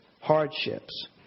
hardships